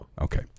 Okay